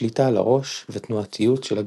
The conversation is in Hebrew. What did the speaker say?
שליטה על הראש ותנועתיות של הגפיים.